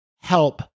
Help